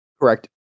Correct